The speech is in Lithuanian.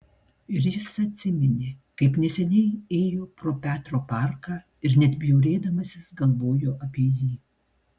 ir jis atsiminė kaip neseniai ėjo pro petro parką ir net bjaurėdamasis galvojo apie jį